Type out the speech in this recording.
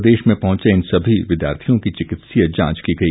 प्रदेश में पहुंचे इन सभी विद्यार्थियों की चिकित्सीय जांच की गई